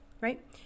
right